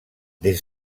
des